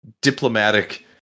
diplomatic